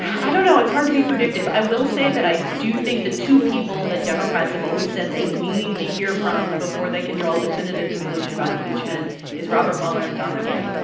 i don't know. it's hard to be predictive. i will say that i do think the two people that democrats have always said they need to hear from before they can draw a definitive conclusion about impeachment is robert mueller and don mcgahn.